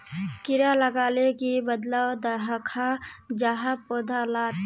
कीड़ा लगाले की बदलाव दखा जहा पौधा लात?